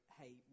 Hey